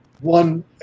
One